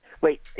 wait